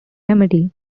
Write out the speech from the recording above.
remedy